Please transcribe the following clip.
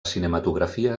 cinematografia